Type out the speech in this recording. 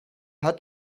hat